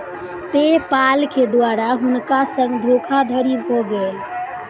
पे पाल के द्वारा हुनका संग धोखादड़ी भ गेल